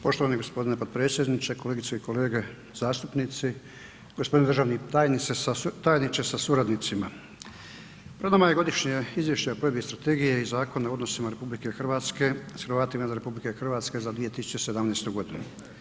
Poštovani gospodine potpredsjedniče, kolegice i kolege zastupnici, gospodine državni tajniče sa suradnicima, pred nama je Godišnje izvješće o provedbi strategije i zakona o odnosima RH s Hrvatima izvan RH za 2017. godinu.